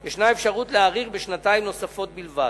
יש אפשרות להאריך בשנתיים נוספות בלבד.